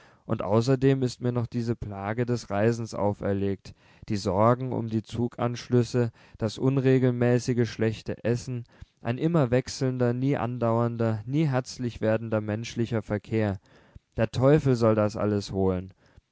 und außerdem ist mir noch diese plage des reisens auferlegt die sorgen um die zuganschlüsse das unregelmäßige schlechte essen ein immer wechselnder nie andauernder nie herzlich werdender menschlicher verkehr der teufel soll das alles holen